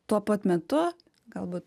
tuo pat metu galbūt